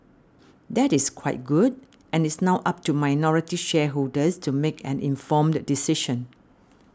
that is quite good and it's now up to minority shareholders to make an informed decision